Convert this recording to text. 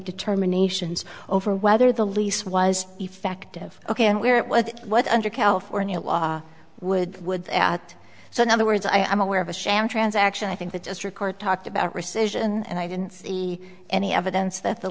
determinations over whether the lease was effective ok and where it was what under california law would would not so in other words i am aware of a sham transaction i think the district court talked about recision and i didn't see any evidence that the